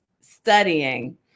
studying